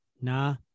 Nah